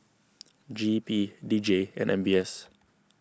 G E P D J and M B S